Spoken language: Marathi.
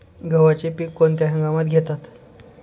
गव्हाचे पीक कोणत्या हंगामात घेतात?